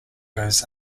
goes